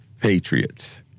patriots